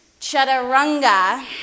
chaturanga